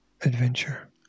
adventure